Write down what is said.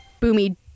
Boomy